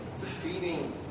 defeating